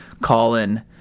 call-in